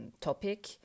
topic